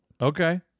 Okay